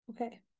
Okay